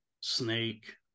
Snake